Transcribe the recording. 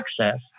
access